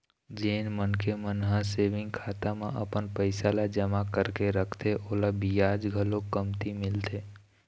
जेन मनखे मन ह सेविंग खाता म अपन पइसा ल जमा करके रखथे ओला बियाज घलोक कमती मिलथे